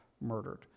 murdered